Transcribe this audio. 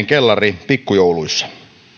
kellaripikkujouluissa